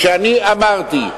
כשאני אמרתי,